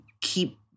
keep